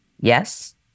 Yes